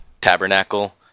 Tabernacle